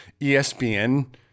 ESPN